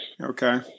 Okay